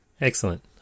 Excellent